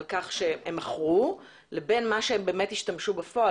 כך שהם מכרו לבין מה שהם השתמשו בפועל.